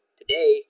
today